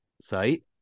site